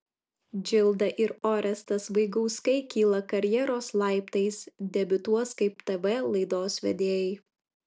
džilda ir orestas vaigauskai kyla karjeros laiptais debiutuos kaip tv laidos vedėjai